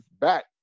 back